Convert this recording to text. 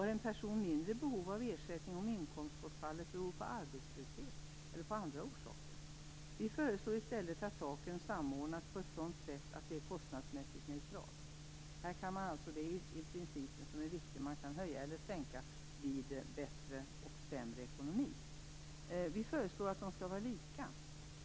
Har en person mindre behov av ersättning om inkomstbortfallet beror på arbetslöshet än på andra saker? Vi föreslår i stället att taken samordnas på ett sådant sätt att det är kostnadsmässigt neutralt. Det är principen som är viktig, att man kan höja eller sänka vid bättre och sämre ekonomi. Vi föreslår att de skall vara lika.